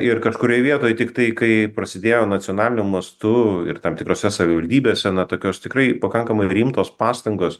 ir kažkurioj vietoj tiktai kai prasidėjo nacionaliniu mastu ir tam tikrose savivaldybėse na tokios tikrai pakankamai rimtos pastangos